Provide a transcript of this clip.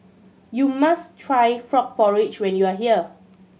you must try frog porridge when you are here